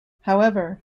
however